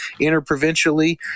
interprovincially